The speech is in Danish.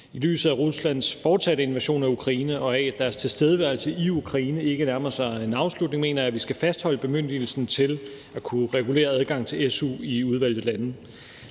I lyset af Ruslands fortsatte invasion af Ukraine, og i lyset af at deres tilstedeværelse i Ukraine ikke nærmer sig en afslutning, mener jeg, vi skal fastholde bemyndigelsen til at kunne regulere adgangen til su i udvalgte lande.